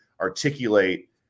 articulate